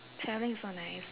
travelling is so nice